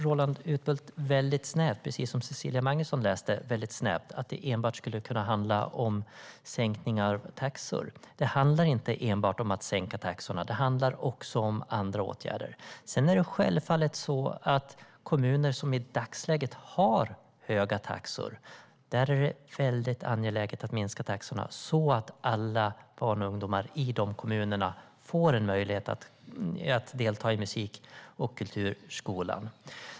Roland Utbult, liksom Cecilia Magnusson, läser detta väldigt snävt och menar att det enbart skulle kunna handla om sänkningar av taxor. Det handlar inte enbart om att sänka taxorna. Det handlar också om andra åtgärder. Sedan är det självklart angeläget att sänka taxorna i kommuner som i dagsläget har höga taxor så att alla barn och ungdomar i de kommunerna får en möjlighet att delta i musik och kulturskolan.